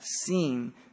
seen